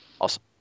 Awesome